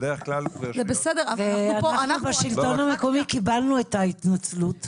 אנחנו בשלטון המקומי קיבלנו את ההתנצלות.